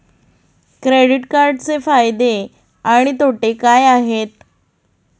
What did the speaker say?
Credit कार्डचे फायदे आणि तोटे काय आहेत?